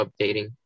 updating